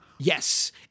Yes